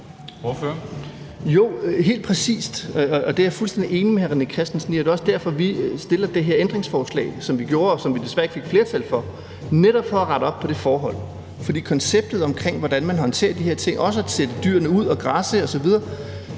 (V): Jo, helt præcist. Det er jeg fuldstændig enig med hr. René Christensen i, og det er også derfor, vi har stillet det her ændringsforslag, som vi desværre ikke fik flertal for. Det var netop for at rette op på det forhold. For konceptet om, hvordan man håndterer de her ting, altså også at sætte dyrene ud at græsse osv.,